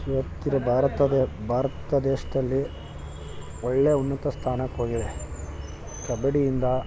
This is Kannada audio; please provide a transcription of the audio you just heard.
ಇವತ್ತಿನ ಭಾರತದ ಭಾರತ ದೇಶದಲ್ಲಿ ಒಳ್ಳೆಯ ಉನ್ನತ ಸ್ಥಾನಕ್ಕೆ ಹೋಗಿದೆ ಕಬಡ್ಡಿಯಿಂದ